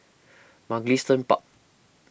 Mugliston Park